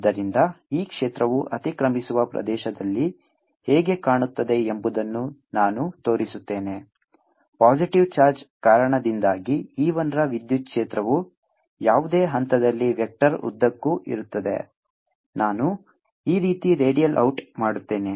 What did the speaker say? ಆದ್ದರಿಂದ ಈ ಕ್ಷೇತ್ರವು ಅತಿಕ್ರಮಿಸುವ ಪ್ರದೇಶದಲ್ಲಿ ಹೇಗೆ ಕಾಣುತ್ತದೆ ಎಂಬುದನ್ನು ನಾನು ತೋರಿಸುತ್ತೇನೆ ಪಾಸಿಟಿವ್ ಚಾರ್ಜ್ ಕಾರಣದಿಂದಾಗಿ E 1 ರ ವಿದ್ಯುತ್ ಕ್ಷೇತ್ರವು ಯಾವುದೇ ಹಂತದಲ್ಲಿ ವೆಕ್ಟರ್ ಉದ್ದಕ್ಕೂ ಇರುತ್ತದೆ ನಾನು ಈ ರೀತಿ ರೇಡಿಯಲ್ ಔಟ್ ಮಾಡುತ್ತೇನೆ